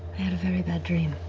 had a very bad dream.